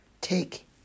Take